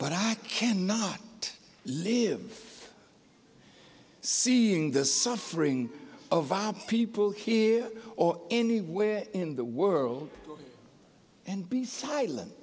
but i cannot live seeing the suffering of people here or anywhere in the world and be silent